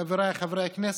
חבריי חברי הכנסת.